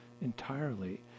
entirely